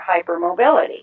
hypermobility